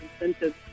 incentives